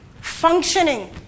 functioning